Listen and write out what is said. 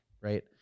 right